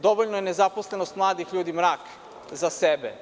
Dovoljno je nezaposlenost mladih ljudi mrak za sebe.